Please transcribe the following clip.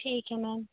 ठीक है म्याम